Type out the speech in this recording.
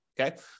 okay